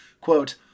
quote